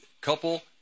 couple